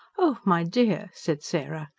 oh, my dear! said sarah,